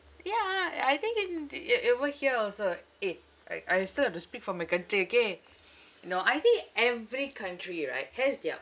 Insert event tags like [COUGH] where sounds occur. ya I think in the uh uh over here also eh I I still have to speak for my country okay [NOISE] no I think every country right has their